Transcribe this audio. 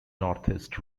northeast